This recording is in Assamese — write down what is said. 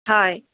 হয়